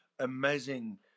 amazing